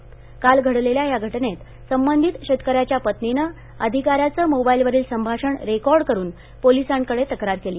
नुकत्याच घडलेल्या या घटनेत संबंधित शेतकऱ्याच्या पत्नीनं अधिकाऱ्याचं मोबाईलवरील संभाषण रेकॉर्ड करुन पोलिसांकडे तक्रार केली